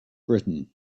britain